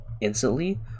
instantly